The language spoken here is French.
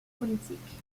politique